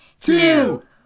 two